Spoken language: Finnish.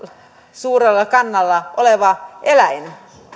suurella kannalla oleva eläin